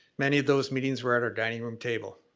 many of those meetings were at our dining room table.